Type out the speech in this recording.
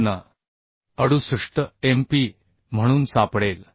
68 MPa म्हणून सापडेल